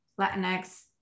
Latinx